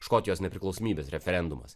škotijos nepriklausomybės referendumas